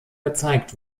gezeigt